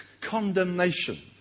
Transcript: condemnation